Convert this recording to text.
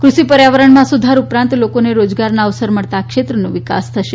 કૃષિ પર્યાવરણમાં સુધાર ઉપરાંત લોકોને રોજગારના અવસર મળતા આ ક્ષેત્રનો વિકાસ થશે